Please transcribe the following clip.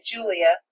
Julia